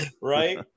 Right